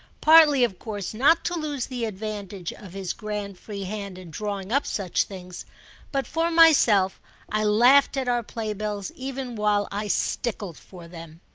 partly of course not to lose the advantage of his grand free hand in drawing up such things but for myself i laughed at our playbills even while i stickled for them.